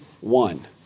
one